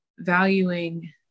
valuing